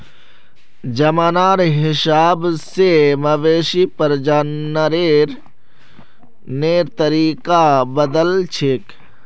जमानार हिसाब से मवेशी प्रजननेर तरीका बदलछेक